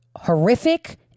horrific